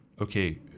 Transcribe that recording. okay